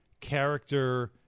character